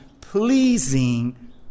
pleasing